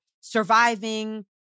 surviving